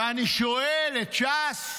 ואני שואל את ש"ס: